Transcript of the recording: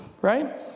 right